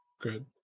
Good